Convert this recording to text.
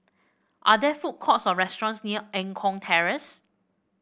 are there food courts or restaurants near Eng Kong Terrace